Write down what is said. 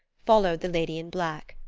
followed the lady in black,